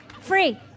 free